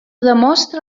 demostra